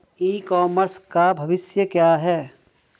ई commerce का भविष्य क्या है?